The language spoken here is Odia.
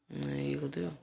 ନାଇଁ ଇଏ କରିଦେବେ ଆଉ